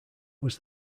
was